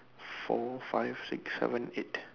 four five six seven eight